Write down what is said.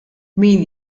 min